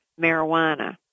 marijuana